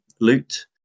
loot